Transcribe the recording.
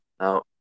Now